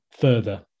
further